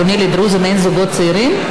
אדוני, לדרוזים אין זוגות צעירים?